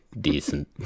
Decent